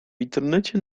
internecie